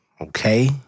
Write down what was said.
Okay